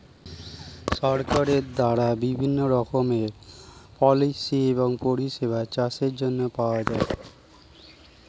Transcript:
সরকারের দ্বারা বিভিন্ন রকমের পলিসি এবং পরিষেবা চাষের জন্য পাওয়া যায়